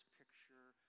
picture